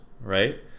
right